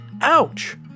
Ouch